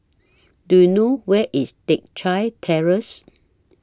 Do YOU know Where IS Teck Chye Terrace